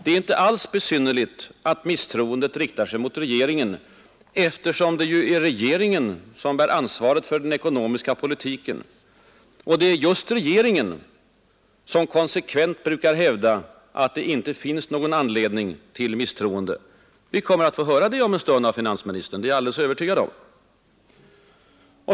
Det är inte alls besynnerligt att misstroendet riktar sig mot regeringen, eftersom det ju är regeringen som bär ansvaret för den ekonomiska politiken. Och det är just regeringen som konsekvent brukar hävda att det inte finns någon anledning till misstroende. Vi kommer att få höra det om en stund av finansministern, det är jag alldeles övertygad om.